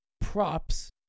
props